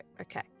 Okay